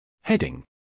Heading